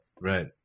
Right